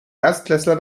erstklässler